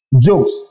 jokes